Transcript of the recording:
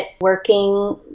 working